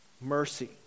Mercy